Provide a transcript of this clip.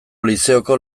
lizeoko